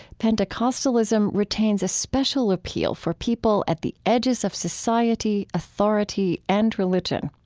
pentecostalism retains a special appeal for people at the edges of society, authority, and religion.